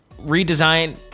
redesigned